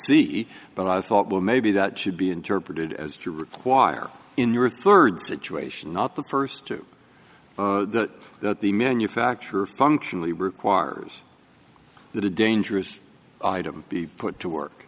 see but i thought well maybe that should be interpreted as to require in your third situation not the first two that the manufacturer functionally requires the dangerous to be put to work